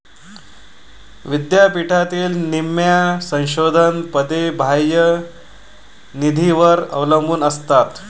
विद्यापीठातील निम्म्या संशोधन पदे बाह्य निधीवर अवलंबून असतात